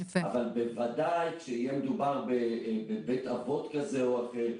אבל בוודאי כשיהיה מדובר בבית אבות כזה או אחר,